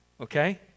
okay